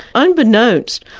unbeknownst,